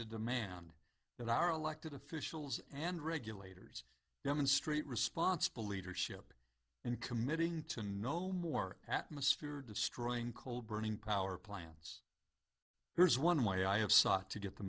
the demand that our elected officials and regulators demonstrate responsible leadership in committing to no more atmosphere destroying coal burning power plants here's one way i have sought to get the